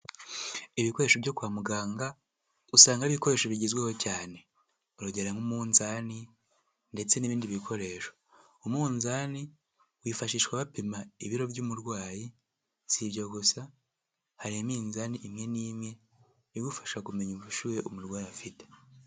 Ibikoresho byo kwa muganga, usanga ibikoresho bigezweho cyane. Urugero nk'umuzani ndetse n'ibindi bikoresho. Umunzani wifashishwa wapima ibiro by'umurwayi, si ibyo gusa hari iminzani imwe n'imwe igufasha kumenya ubushyuhe umurwayi afite.